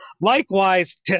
Likewise